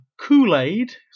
Kool-Aid